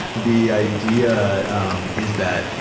the idea, um, is that,